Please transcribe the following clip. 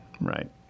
Right